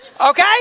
okay